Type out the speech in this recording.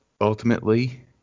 ultimately